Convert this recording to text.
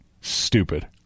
Stupid